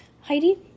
Heidi